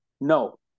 No